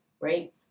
right